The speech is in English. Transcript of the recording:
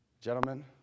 Gentlemen